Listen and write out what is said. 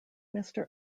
mister